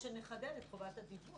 --- כן -- -שנחדד את חובת הדיווח.